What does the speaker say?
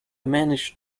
managed